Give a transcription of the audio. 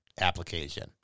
application